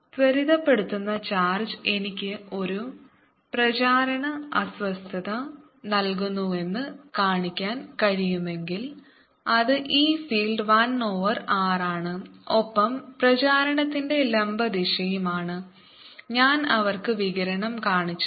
ത്വരിതപ്പെടുത്തുന്ന charge എനിക്ക് ഒരു പ്രചാരണ അസ്വസ്ഥത നൽകുന്നുവെന്ന് കാണിക്കാൻ കഴിയുമെങ്കിൽ അത് E ഫീൽഡ് 1 ഓവർ r ആണ് ഒപ്പം പ്രചാരണത്തിന്റെ ലംബ ദിശയുമാണ് ഞാൻ അവർക്ക് വികിരണം കാണിച്ചു